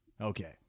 Okay